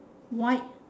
white